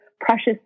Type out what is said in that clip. precious